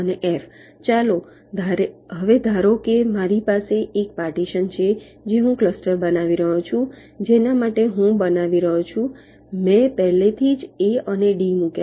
હવે ચાલો ધારો કે મારી પાસે એક પાર્ટીશન છે જે હું ક્લસ્ટર બનાવી રહ્યો છું જેના માટે હું બનાવી રહ્યો છું મેં પહેલાથી જ A અને D મૂક્યા છે